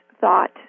thought